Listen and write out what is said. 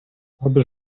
słaby